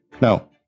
No